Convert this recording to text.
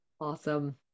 Awesome